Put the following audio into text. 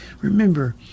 Remember